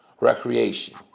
recreation